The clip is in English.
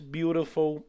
beautiful